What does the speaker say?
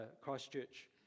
Christchurch